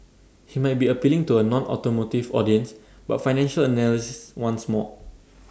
he might be appealing to A nonautomotive audience but financial analysts want more